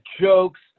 jokes